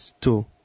two